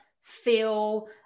feel